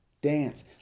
dance